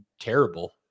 terrible